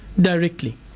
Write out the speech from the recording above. directly